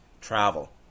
travel